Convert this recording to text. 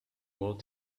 more